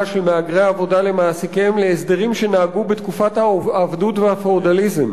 של מהגרי העבודה למעסיקיהם להסדרים שנהגו בתקופת העבדות והפיאודליזם".